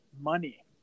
money